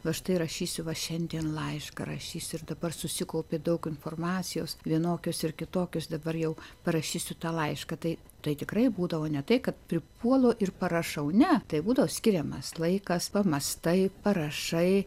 va štai rašysiu va šiandien laišką rašysiu ir dabar susikaupė daug informacijos vienokios ir kitokios dabar jau parašysiu tą laišką tai tai tikrai būdavo ne tai kad pripuolu ir parašau ne tai būdavo skiriamas laikas pamąstai parašai